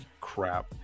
crap